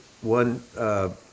one